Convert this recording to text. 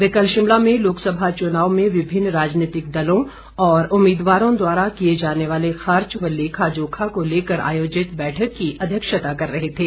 वे कल शिमला में लोकसभा चुनाव में विभिन्न राजनीतिक दलों और उम्मदीवारों द्वारा किए जाने वाले खर्च एवं लेखा जोखा को लेकर आयोजित बैठक की अध्यक्षता कर रहे थे